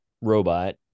Robot